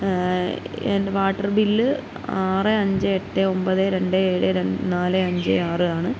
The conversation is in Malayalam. എൻ്റെ വാട്ടർ ബില്ല് ആറ് അഞ്ച് എട്ട് ഒമ്പത് രണ്ട് ഏഴ് നാല് അഞ്ച് ആറ് ആണ്